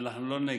אנחנו לא נגד.